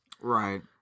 Right